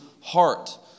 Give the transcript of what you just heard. heart